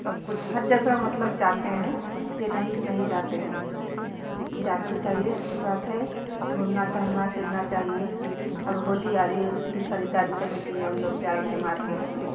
सब कुछ हर जगह मतलब जाते हैं ये नहीं कि नहीं जाते हैं जाना भी चाहिए अच्छी बात है घूमना टहलना फिरना चाहिए अब होली आ रही है उसकी भी ख़रीदारी करने के लिए हम लोग जाएँगे मार्केट में